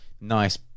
nice